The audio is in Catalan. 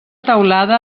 teulada